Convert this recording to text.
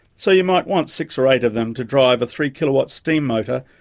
so you might want six or eight of them to drive a three kilowatt steam motor,